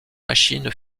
machines